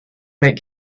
make